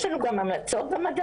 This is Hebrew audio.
יש לנו גם המלצות במדד,